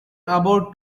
about